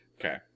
Okay